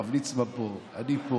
הרב ליצמן פה, אני פה,